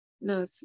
no